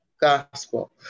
gospel